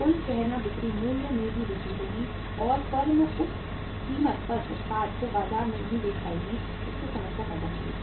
कुल कहना बिक्री मूल्य में भी वृद्धि होगी और फर्म उस कीमत पर उत्पाद को बाजार में नहीं बेच पाएगी जिससे समस्या पैदा होगी